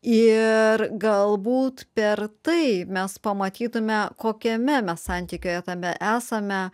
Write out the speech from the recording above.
ir galbūt per tai mes pamatytume kokiame mes santykyje tame esame